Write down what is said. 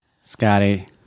Scotty